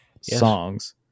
songs